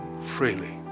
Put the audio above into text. Freely